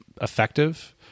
effective